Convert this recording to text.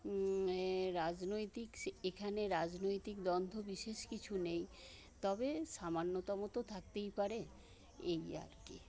হুম রাজনৈতিক এখানে রাজনৈতিক দ্বন্দ্ব বিশেষ কিছু নেই তবে সামান্যতম তো থাকতেই পারে এই আর কি